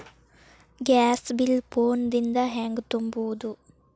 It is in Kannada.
ಗ್ಯಾಸ್ ಬಿಲ್ ಫೋನ್ ದಿಂದ ಹ್ಯಾಂಗ ತುಂಬುವುದು?